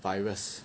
virus